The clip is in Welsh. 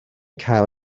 cael